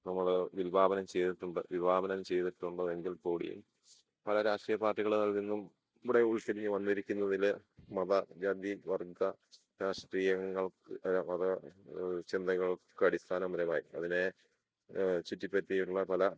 നമ്മൾ വിഭാവനം ചെയ്തിട്ടുണ്ട് വിഭാവനം ചെയ്തിട്ടുണ്ട് എങ്കിൽ കൂടിയും പല രാഷ്ട്രീയ പാർട്ടികളിൽ നിന്നും ഇവിടെ ഉരിതിരിഞ്ഞു വന്നിരിക്കുന്നതിൽ മത ജാതി വർഗ്ഗ രാഷ്ട്രീയങ്ങൾക്ക് മത ചിന്തകൾക്ക് അടിസ്ഥാനപരമായി അതിനെ ചുറ്റിപ്പറ്റിയുള്ള പല